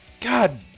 God